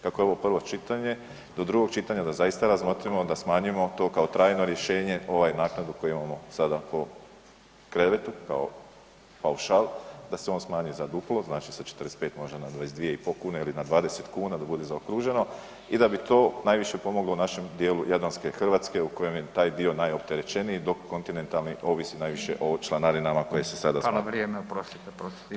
Kako je ovo prvo čitanje, do drugog čitanja da zaista razmotrimo da smanjimo to kao trajno rješenje ovaj naknadu koju imamo sada po krevetu kao paušal, da se on smanji za duplo znači sa 45 možda na 22,5 kuna ili na 20 kuna da bude zaokruženo i da bi to najviše pomoglo u našem dijelu jadranske Hrvatske u kojem je taj dio najopterećeniji dok kontinentalni ovisi najviše ovisi najviše o članarinama koje se sada